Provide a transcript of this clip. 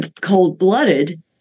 cold-blooded